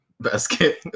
Basket